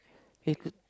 we could